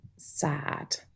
Sad